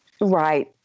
Right